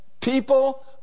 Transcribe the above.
people